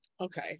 Okay